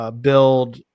build